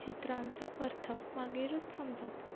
चित्रांचो अर्थ मागीरच समजता